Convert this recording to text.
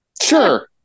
Sure